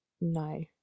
No